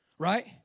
Right